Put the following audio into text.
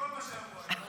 לרשותך שלוש דקות.